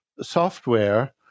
software